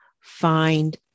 find